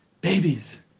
Babies